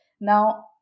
now